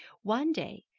one day,